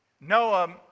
Noah